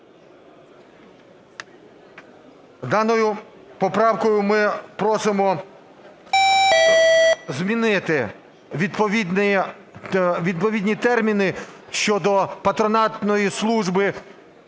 Даною поправкою ми просимо змінити відповідні терміни щодо патронатної служби